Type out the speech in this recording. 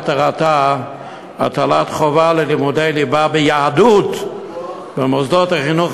מטרתה הטלת חובה ללימודי ליבה ביהדות במוסדות החינוך